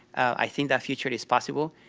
i think that future is possible,